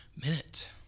Minute